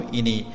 ini